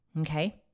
Okay